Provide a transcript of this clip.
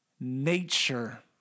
nature